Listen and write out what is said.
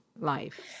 life